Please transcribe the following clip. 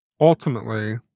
ultimately